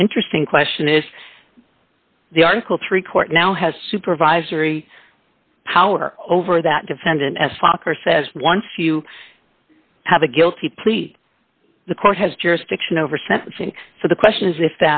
interesting question is the article three courts now has supervisory power over that defendant as fokker says once you have a guilty plea the court has jurisdiction over sentencing so the question is if